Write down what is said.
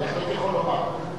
אני לא אמרתי זאת.